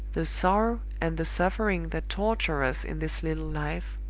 the sorrow and the suffering that torture us in this little life,